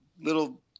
little